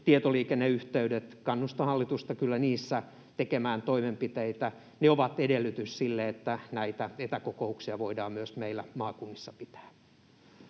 tietoliikenneyhteydet: Kannustan hallitusta kyllä niissä tekemään toimenpiteitä. Ne ovat edellytys sille, että näitä etäkokouksia voidaan myös meillä maakunnissa pitää.